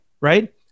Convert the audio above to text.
Right